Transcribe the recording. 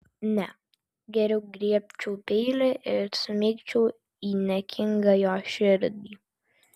ne geriau griebčiau peilį ir smeigčiau į niekingą jo širdį